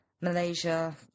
Malaysia